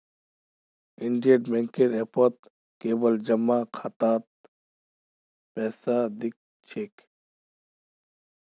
Indian बैंकेर ऐपत केवल जमा खातात पैसा दि ख छेक